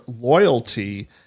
loyalty